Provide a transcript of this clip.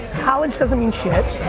college doesn't mean shit.